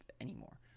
anymore